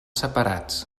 separats